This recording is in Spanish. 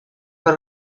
por